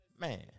Man